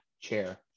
chair